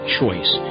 choice